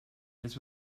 this